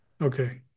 Okay